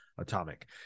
Atomic